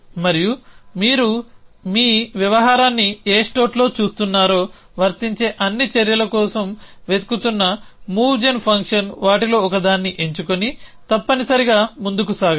మరియు మీరు మీ వ్యవహారాన్ని ఏ స్టేట్లో చూస్తున్నారో వర్తించే అన్ని చర్యల కోసం వెతుకుతున్న మూవ్ జెన్ ఫంక్షన్ వాటిలో ఒకదాన్ని ఎంచుకుని తప్పనిసరిగా ముందుకు సాగండి